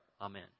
amen